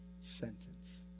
sentence